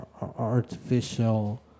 artificial